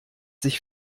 sich